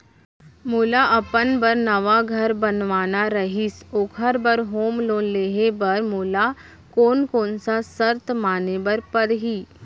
मोला अपन बर नवा घर बनवाना रहिस ओखर बर होम लोन लेहे बर मोला कोन कोन सा शर्त माने बर पड़ही?